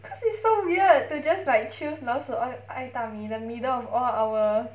cause it's so weird to just like choose 老鼠爱爱大米 in the middle of all our